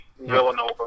Villanova